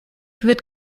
wird